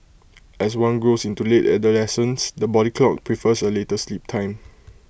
as one grows into late adolescence the body clock prefers A later sleep time